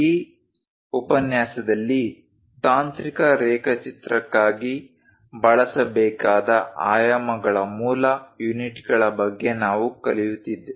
ಈ ಉಪನ್ಯಾಸದಲ್ಲಿ ತಾಂತ್ರಿಕ ರೇಖಾಚಿತ್ರಕ್ಕಾಗಿ ಬಳಸಬೇಕಾದ ಆಯಾಮಗಳ ಮೂಲ ಯೂನಿಟ್ಗಳ ಬಗ್ಗೆ ನಾವು ಕಲಿಯುತ್ತೇವೆ